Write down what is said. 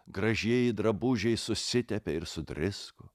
gražieji drabužiai susitepė ir sudrisko